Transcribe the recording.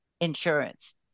insurance